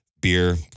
Beer